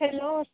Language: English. hello